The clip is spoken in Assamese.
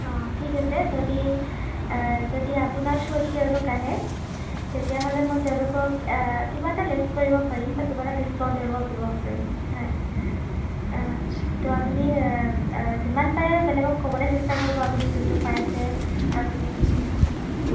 অঁ ঠিক আছে যদি যদি আপোনাৰ থ্ৰোদি তেওঁলোক আহে তেতিয়াহ'লে মই তেওঁলোকক কিবা এটা লেছ কৰিব পাৰিম বা কিবা এটা ডিস্কাউণ্ট তেওঁলোকক দিব পাৰিম হয় তো আপুনি যিমান পাৰে বেলেগক ক'বলৈ চেষ্টা কৰিব আপুনি যোনটো পাইছে আপুনি